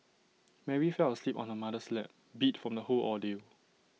Mary fell asleep on her mother's lap beat from the whole ordeal